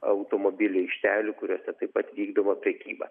automobilių aikštelių kuriose taip pat vykdoma prekyba